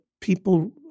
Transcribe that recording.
people